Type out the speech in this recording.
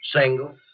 Single